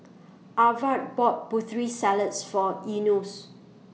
Aarav bought Putri Salad For Enos